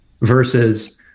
Versus